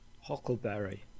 Huckleberry